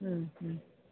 മ്മ് മ്മ്